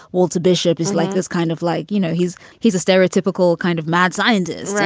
walter bishop, is like this kind of like, you know, he's he's a stereotypical kind of mad scientist,